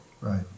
Right